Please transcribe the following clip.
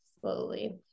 slowly